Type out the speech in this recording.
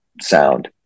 sound